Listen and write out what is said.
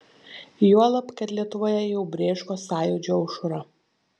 juolab kad lietuvoje jau brėško sąjūdžio aušra